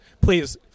Please